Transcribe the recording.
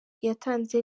yatanze